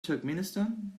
turkmenistan